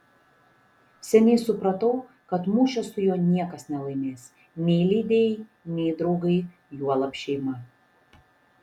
seniai supratau kad mūšio su juo niekas nelaimės nei leidėjai nei draugai juolab šeima